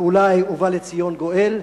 ואולי בא לציון גואל,